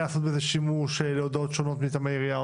לעשות בזה שימוש להודעות שונות מטעם העירייה.